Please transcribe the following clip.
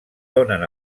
donen